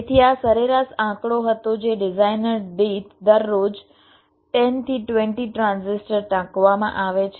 તેથી આ સરેરાશ આંકડો હતો જે ડિઝાઇનર દીઠ દરરોજ 10 થી 20 ટ્રાન્ઝિસ્ટર ટાંકવામાં આવે છે